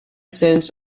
cents